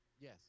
yes